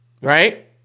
right